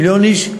מיליון איש,